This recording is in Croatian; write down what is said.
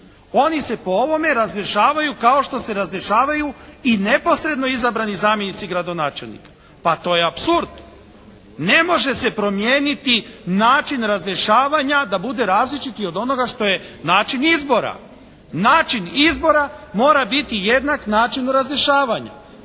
Oni se po ovome razrješavaju kao što se razrješavaju i neposredno izabrani zamjenici gradonačelnika. Pa to je apsurd. Ne može se promijeniti način razrješavanja da bude različit i od onoga što je način izbora. Način izbora mora biti jednak načinu razrješavanja.